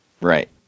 Right